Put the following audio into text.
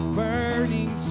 burning